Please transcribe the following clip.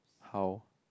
how